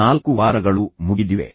4 ವಾರಗಳು ಮುಗಿದಿವೆ